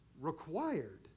required